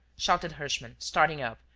shouted herschmann, starting up,